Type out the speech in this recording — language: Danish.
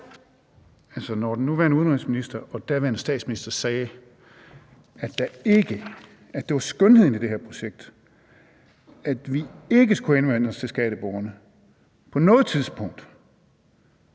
når den nuværende udenrigsminister og daværende statsminister sagde, at det var skønheden i det her projekt, at vi ikke skulle henvende os til skatteborgerne på noget tidspunkt,